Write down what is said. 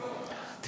אלקין,